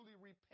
repay